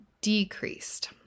decreased